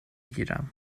گیرم